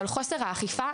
של חוסר האכיפה,